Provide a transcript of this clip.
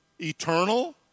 eternal